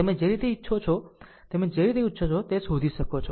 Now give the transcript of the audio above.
તમે જે રીતે ઇચ્છો છો તમે જે રીતે ઇચ્છો તે શોધી શકો છો